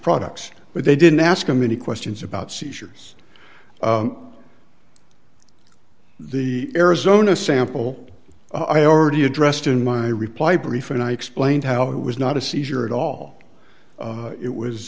products but they didn't ask him any questions about seizures the arizona sample i already addressed in my reply brief and i explained how it was not a seizure at all it was